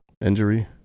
injury